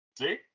See